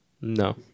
No